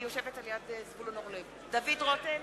נגד ראובן